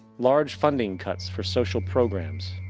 large funding cuts for social programs,